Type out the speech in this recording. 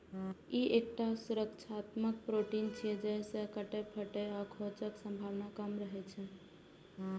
ई एकटा सुरक्षात्मक प्रोटीन छियै, जाहि सं कटै, फटै आ खोंचक संभावना कम रहै छै